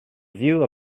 view